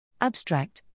Abstract